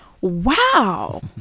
Wow